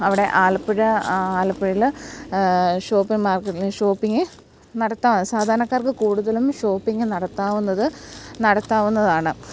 അവിടെ ആലപ്പുഴ ആലപ്പുഴയിൽ shopping market shopping നടത്താൻ സാധാരണക്കാർക്ക് കൂടുതലും ഷോപ്പിങ്ങ് നടത്താവുന്നത് നടത്താവുന്നതാണ്